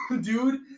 dude